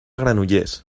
granollers